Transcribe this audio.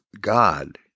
God